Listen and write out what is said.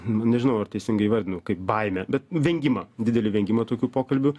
nu nežinau ar teisingai įvardinu kaip baimę bet vengimą didelį vengimą tokių pokalbių